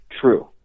true